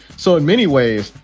so in many ways,